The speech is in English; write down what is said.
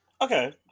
Okay